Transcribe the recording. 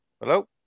Hello